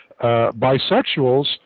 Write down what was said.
bisexuals